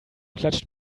klatscht